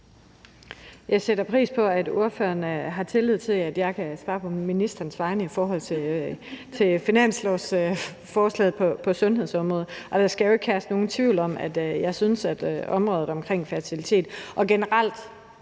Jeg sætter pris på, at spørgeren har tillid til, at jeg kan svare på ministerens vegne i forhold til finanslovsforslaget på sundhedsområdet. Der skal jo ikke herske nogen tvivl om, hvad jeg synes om området omkring fertilitet og generelt